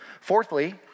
Fourthly